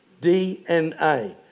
DNA